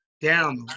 down